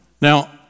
Now